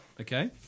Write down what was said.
Okay